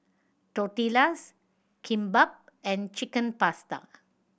Tortillas Kimbap and Chicken Pasta